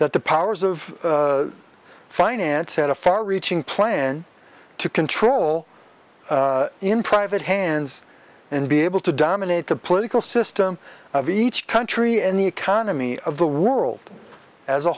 that the powers of finance had a far reaching plan to control in private hands and be able to dominate the political system of each country and the economy of the world as a